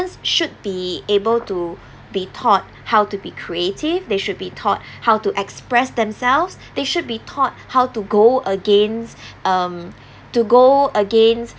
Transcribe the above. should be able to be taught how to be creative they should be taught how to express themselves they should be taught how to go against um to go against